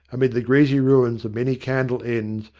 amid the greasy ruins of many candle ends,